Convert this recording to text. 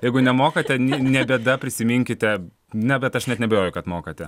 jeigu nemokate ni ne bėda prisiminkite na bet aš net neabejoju kad mokate